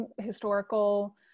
historical